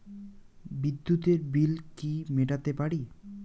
বিদ্যুতের বিল কি মেটাতে পারি?